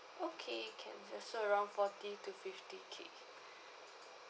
okay can so around forty to fifty K